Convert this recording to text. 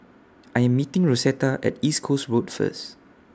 I Am meeting Rosetta At East Coast Road First